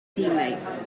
teammates